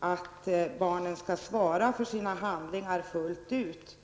och att barn och ungdomar som begår brott skall svara för sina handlingar fullt ut.